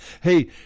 Hey